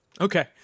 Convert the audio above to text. Okay